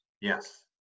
Yes